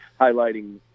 highlighting